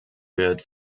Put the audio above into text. wird